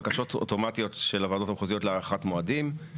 בקשות אוטומטיות של הוועדות המחוזיות להארכת המועדים,